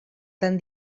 tan